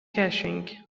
caching